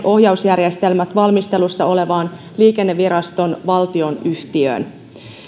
ohjausjärjestelmät valmistelussa olevaan liikenneviraston valtionyhtiöön